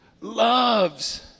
loves